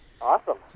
Awesome